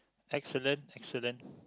excellent excellent